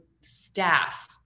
staff